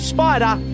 Spider